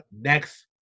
next